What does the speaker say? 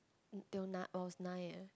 til n~ I was nine eh